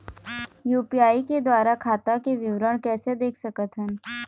UPI के द्वारा खाता के विवरण कैसे देख सकत हन?